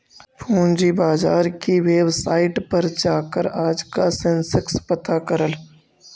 पूंजी बाजार की वेबसाईट पर जाकर आज का सेंसेक्स पता कर ल